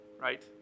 right